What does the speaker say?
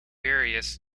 various